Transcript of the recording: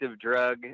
drug